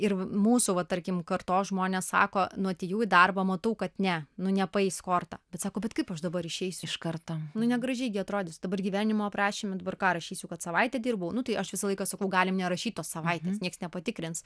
ir mūsų va tarkim kartos žmonės sako nu ėjau į darbą matau kad ne nu nepaeis korta bet sako bet kaip aš dabar išeisiu iš karto nu negražiai gi atrodys dabar gyvenimo aprašyme dabar ką rašysiu kad savaitę dirbau nu tai aš visą laiką sakau galim nerašyt tos savaitės nieks nepatikrins